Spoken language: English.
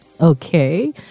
Okay